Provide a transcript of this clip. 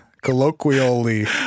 Colloquially